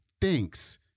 thinks